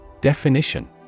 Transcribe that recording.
Definition